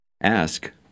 Ask